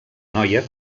noia